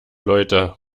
leute